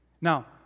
Now